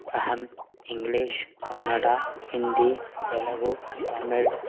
अहम् इंग्लीष् कन्नडा हिन्दि तेलगु तमिळ्